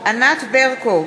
ענת ברקו,